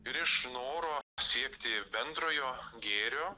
ir iš noro siekti bendrojo gėrio